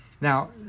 Now